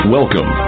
Welcome